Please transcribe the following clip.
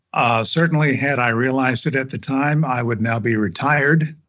ah certainly, had i realized it at the time, i would now be retired,